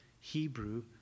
hebrew